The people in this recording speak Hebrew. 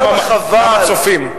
גם הצופים.